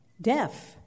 deaf